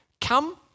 Come